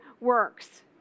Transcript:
works